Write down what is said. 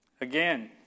again